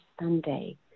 Sunday